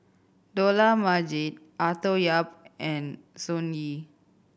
Dollah Majid Arthur Yap and Sun Yee